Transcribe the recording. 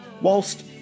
whilst